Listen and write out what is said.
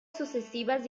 sucesivas